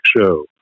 show